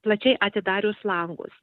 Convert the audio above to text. plačiai atidarius langus